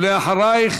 ואחרייך,